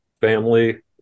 family